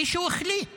מישהו החליט